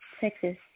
Texas